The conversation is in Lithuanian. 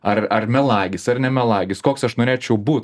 ar ar melagis ar ne melagis koks aš norėčiau būt